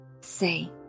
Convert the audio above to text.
say